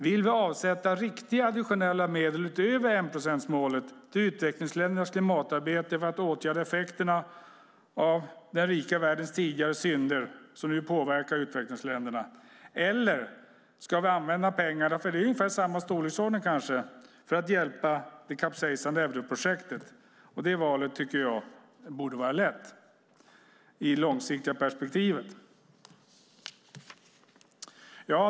Vill vi avsätta riktiga additionella medel utöver enprocentsmålet till utvecklingsländernas klimatarbete för att åtgärda effekterna av den rika världens tidigare synder som nu påverkar utvecklingsländerna eller ska vi använda pengarna - det är ju ungefär samma storleksordning - för att hjälpa det kapsejsande europrojektet? Det valet tycker jag borde vara lätt i det långsiktiga perspektivet.